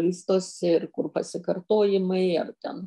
vystosi ir kur pasikartojimai ar ten